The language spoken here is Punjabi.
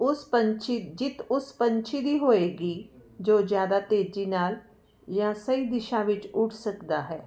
ਉਸ ਪੰਛੀ ਜਿੱਤ ਉਸ ਪੰਛੀ ਦੀ ਹੋਏਗੀ ਜੋ ਜ਼ਿਆਦਾ ਤੇਜ਼ੀ ਨਾਲ ਜਾਂ ਸਹੀ ਦਿਸ਼ਾ ਵਿੱਚ ਉੱਡ ਸਕਦਾ ਹੈ